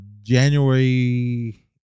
January